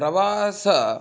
प्रवासः